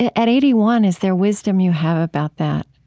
ah at eighty one, is there wisdom you have about that?